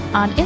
on